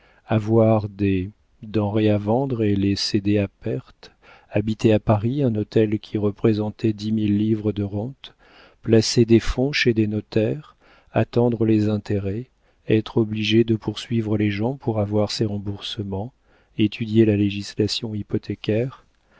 avoir des denrées à vendre et les céder à perte habiter à paris un hôtel qui représentait dix mille livres de rentes placer des fonds chez des notaires attendre les intérêts être obligée de poursuivre les gens pour avoir ses remboursements étudier la législation hypothécaire